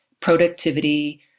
productivity